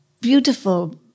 beautiful